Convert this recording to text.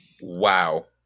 Wow